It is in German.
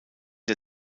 der